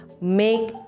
make